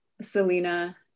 Selena